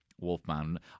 Wolfman